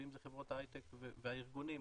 חברות ההייטק והארגונים,